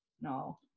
no